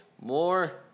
more